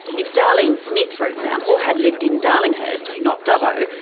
if darlene smith, for example, had lived in darlinghurst, not dubbo,